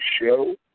show